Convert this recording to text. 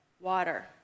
water